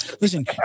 listen